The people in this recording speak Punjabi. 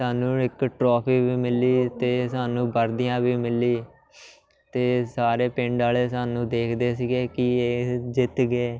ਸਾਨੂੰ ਇੱਕ ਟਰੋਫੀ ਵੀ ਮਿਲੀ ਅਤੇ ਸਾਨੂੰ ਵਰਦੀਆਂ ਵੀ ਮਿਲੀ ਅਤੇ ਸਾਰੇ ਪਿੰਡ ਵਾਲੇ ਸਾਨੂੰ ਦੇਖਦੇ ਸੀਗੇ ਕਿ ਇਹ ਜਿੱਤ ਗਏ